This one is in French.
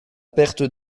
perte